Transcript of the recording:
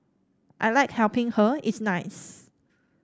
I like helping her it's nice